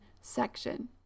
section